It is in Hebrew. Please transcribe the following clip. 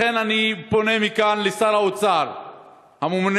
לכן אני פונה מכאן לשר האוצר הממונה,